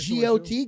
GOT